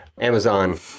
Amazon